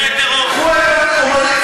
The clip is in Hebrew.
ואתה מספח?